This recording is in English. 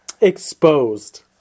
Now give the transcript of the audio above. exposed